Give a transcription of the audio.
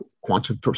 quantum